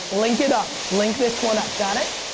link it up. link this one up. got it?